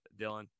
Dylan